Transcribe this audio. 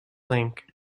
link